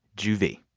juvee.